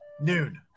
Noon